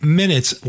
minutes